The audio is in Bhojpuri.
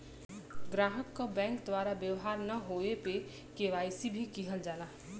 ग्राहक क बैंक द्वारा व्यवहार न होये पे के.वाई.सी किहल जाला